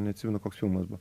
neatsimenu koks filmas buvo